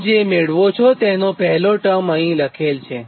તમે જે મેળવો છો તેનો પહેલો ટર્મ અહીં લખેલ છે